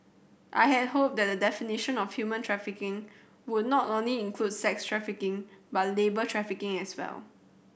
I had hoped that the definition of human trafficking would not only include sex trafficking but labour trafficking as well